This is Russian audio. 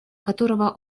которого